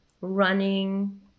running